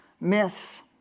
myths